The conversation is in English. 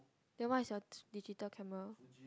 then whats your digital camera